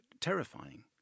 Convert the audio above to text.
terrifying